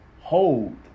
hold